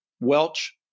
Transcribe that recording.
Welch